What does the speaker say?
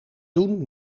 doen